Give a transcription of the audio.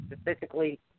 specifically